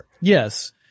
Yes